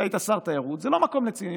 אתה היית שר תיירות, זה לא מקום לצימרים.